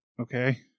Okay